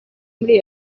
muri